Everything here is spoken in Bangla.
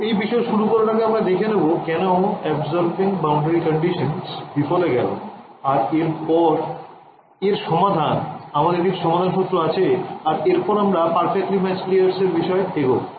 এই বিষয় শুরু করার আগে আমরা দেখে নেব কেন absorbing boundary conditions বিফলে গেল আর এরপর এর সমাধান আমাদের কিছু সমাধান সুত্র আছে আর এরপর আমরা perfectly matched layers এর বিষয়ে এগোবো